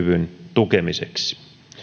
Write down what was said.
tukemiseksi